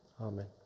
Amen